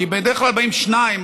כי בדרך כלל באים שניים,